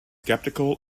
skeptical